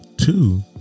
two